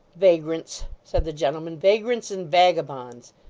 vagrants, said the gentleman, vagrants and vagabonds.